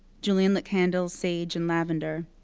julian lit candles, sage and lavender.